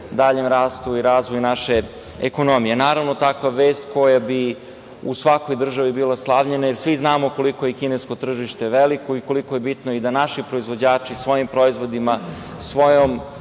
daljem rastu i razvoju naše ekonomije. Naravno, takva vest koja bi u svakoj državi bila slavljena, jer svi znamo koliko je kinesko tržište veliko i koliko je bitno da i naši proizvođači svojim proizvodima, svojom